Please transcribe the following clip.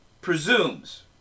presumes